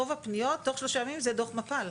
רוב הפניות בתוך שלושה ימים זה דוח מפ"ל.